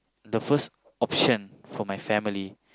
the first option for my family